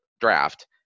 draft